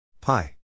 Pi